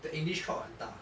the english crowd 很大